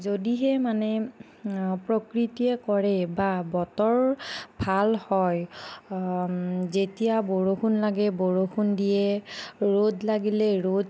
যদিহে মানে প্ৰকৃতিয়ে কৰে বা বতৰ ভাল হয় যেতিয়া বৰষুণ লাগে বৰষুণ দিয়ে ৰ'দ লাগিলে ৰ'দ দিয়ে